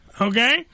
Okay